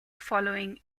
following